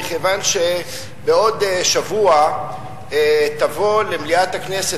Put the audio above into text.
מכיוון שבעוד שבוע תבוא למליאת הכנסת